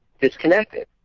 disconnected